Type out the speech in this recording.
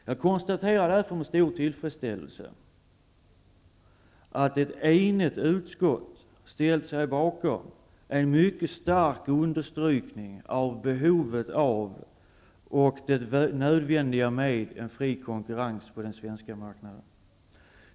Jag konstaterar därför med stor tillfredsställelse att ett enigt utskott ställt sig bakom en mycket stark understrykning av behovet av och det nödvändiga med en fri konkurrens på den svenska marknaden.